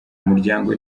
umuryango